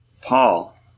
Paul